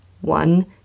One